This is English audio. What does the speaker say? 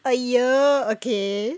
!haiya! okay